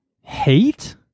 Hate